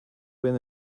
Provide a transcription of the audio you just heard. win